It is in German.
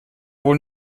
wohl